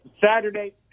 saturday